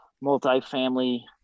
multi-family